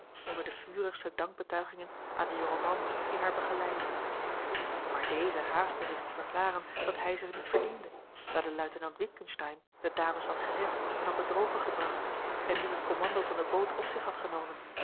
onder de vurigste dankbetuigingen aan den jongen man die haar a l g bosboom-toussaint langs een omweg begeleidde maar deze haastte zich te verklaren dat hij ze niet verdiende daar de luitenant witgensteyn de dames had gered en op het droge gebracht en nu het commando van de boot op zich had genomen